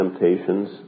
temptations